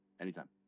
anytime